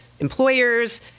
employers